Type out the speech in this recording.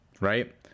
right